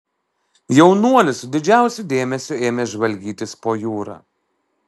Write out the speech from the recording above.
jaunuolis su didžiausiu dėmesiu ėmė žvalgytis po jūrą